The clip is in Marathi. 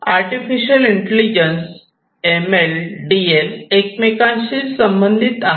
artificial intelligence M L D L एकमेकांशी संबंधित आहेत